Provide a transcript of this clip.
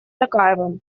токаевым